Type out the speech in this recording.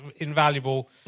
invaluable